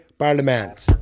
Parliament